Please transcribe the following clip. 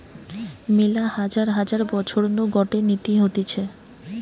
মেলা হাজার হাজার বছর নু গটে নীতি হতিছে